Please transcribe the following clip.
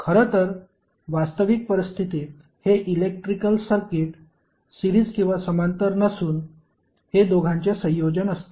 खरं तर वास्तविक परिस्थितीत हे इलेक्ट्रिकल सर्किट सिरीज किंवा समांतर नसून हे दोघांचे संयोजन असते